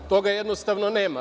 Toga jednostavno nema.